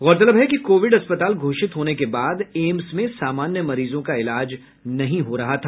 गौरतलब है कि कोविड अस्पलाल घोषित होने के बाद एम्स में सामान्य मरीजों का इलाज नहीं हो रहा था